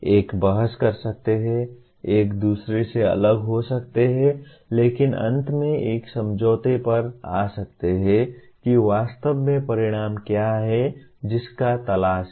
एक बहस कर सकते हैं एक दूसरे से अलग हो सकते हैं लेकिन अंत में एक समझौते पर आ सकते हैं कि वास्तव में परिणाम क्या है जिसकी तलाश है